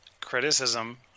criticism